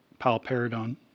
palperidone